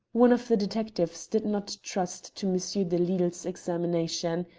one of the detectives did not trust to monsieur de lisle's examination.